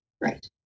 Right